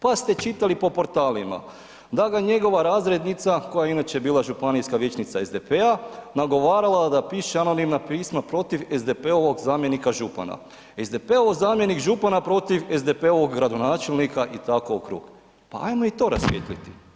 Pa ste čitali po portalima, da ga njegova razrednica, koja je inače bila županijska vijećnica SDP-a nagovarala da piše anonimna pisma protiv SDP-ovog zamjenika župana, SDP-ov zamjenik župana protiv SDP-ovog gradonačelnika i tako u krug, pa ajmo i to rasvijetliti.